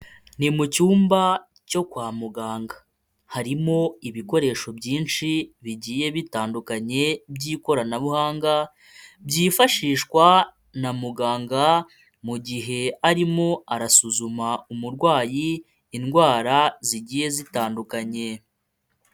Ni mu cyumba cyo kwa muganga, harimo ibikoresho byinshi bigiye bitandukanye by'ikoranabuhanga, byifashishwa na muganga mu gihe arimo arasuzuma umurwayi indwara zigiye zitandukanye.